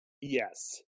Yes